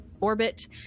orbit